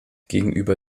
gegenüber